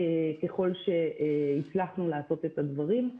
ככל שהצלחנו לעשות את הדברים.